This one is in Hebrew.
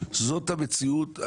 זאת המציאות,